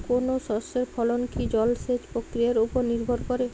কোনো শস্যের ফলন কি জলসেচ প্রক্রিয়ার ওপর নির্ভর করে?